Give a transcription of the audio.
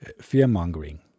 fear-mongering